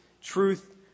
truth